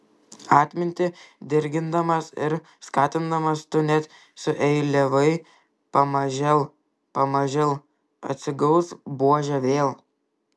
atmintį dirgindamas ir skatindamas tu net sueiliavai pamažėl pamažėl atsigaus buožė vėl